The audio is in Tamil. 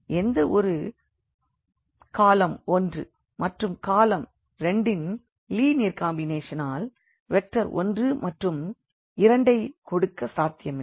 எந்த ஒரு காளம் 1 மற்றும் காளம் 2 ன் லினியர் காம்பினேஷன் ஆல் வெக்டர் 1 மற்றும் 2 ஐக் கொடுக்க சாத்தியமில்லை